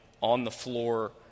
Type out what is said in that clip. on-the-floor